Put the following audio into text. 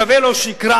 שווה לו שיקרא